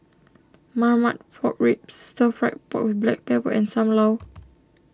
Marmite Pork Ribs Stir Fried Pork with Black Pepper and Sam Lau